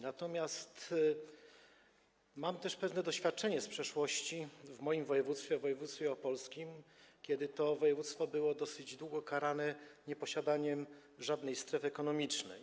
Natomiast mam też pewne doświadczenie z przeszłości związane z moim województwem, województwem opolskim, kiedy to województwo było dosyć długo karane nieposiadaniem żadnej strefy ekonomicznej.